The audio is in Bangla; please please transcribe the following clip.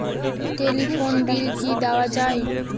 টেলিফোন বিল কি দেওয়া যায়?